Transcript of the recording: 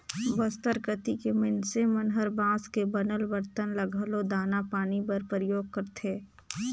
बस्तर कति के मइनसे मन हर बांस के बनल बरतन ल घलो दाना पानी बर परियोग करथे